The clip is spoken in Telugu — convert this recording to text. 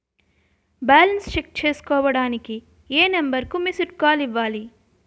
బాలన్స్ చెక్ చేసుకోవటానికి ఏ నంబర్ కి మిస్డ్ కాల్ ఇవ్వాలి?